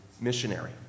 missionary